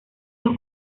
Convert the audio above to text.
los